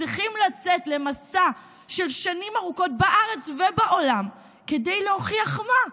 צריכים לצאת למסע של שנים ארוכות בארץ ובעולם כדי להוכיח מה?